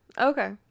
Okay